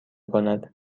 کند